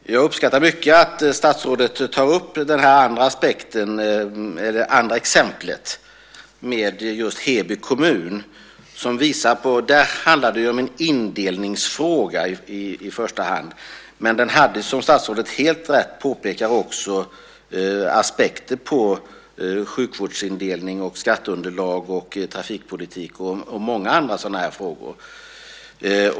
Fru talman! Jag uppskattar mycket att statsrådet tar upp det andra exemplet med just Heby kommun. Där handlade det i första hand om en länsindelningsfråga. Men den hade, som statsrådet helt riktigt påpekar, också aspekter vad gällde sjukvårdsupptagningsområden, skatteunderlag, trafikpolitik och många andra frågor.